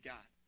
God